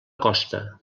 costa